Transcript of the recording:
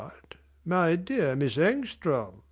my dear miss engstrand!